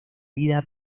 vida